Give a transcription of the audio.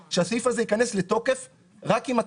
שהסעיף זה ייכנס לתוקף רק עם התקנות.